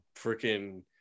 freaking